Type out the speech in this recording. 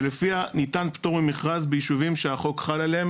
שלפיה ניתן פטור ממכרז ביישובים שהחוק חל עליהם.